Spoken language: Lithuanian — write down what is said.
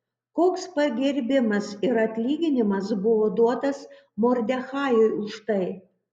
koks pagerbimas ir atlyginimas buvo duotas mordechajui už tai